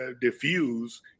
diffuse